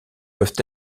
peuvent